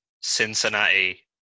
Cincinnati